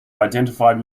identified